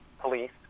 police